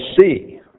see